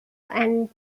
and